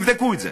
תבדקו את זה.